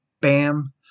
Bam